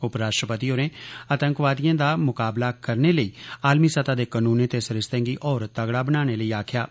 उपराष्ट्रपति होरे आतंकवादिए दा मुकाबला करने लेई आलमी सतह दे कानूनें ते सरिस्तें गी होर तगड़ा बनाने लेई आखेआ ऐ